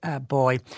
boy